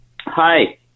Hi